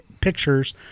pictures